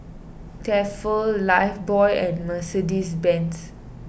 Tefal Lifebuoy and Mercedes Benz